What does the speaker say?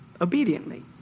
obediently